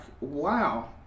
wow